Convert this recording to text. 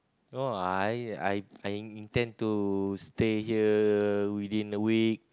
no I I I intend to stay here within a week